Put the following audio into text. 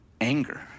anger